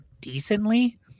decently